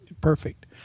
perfect